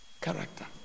Character